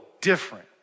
different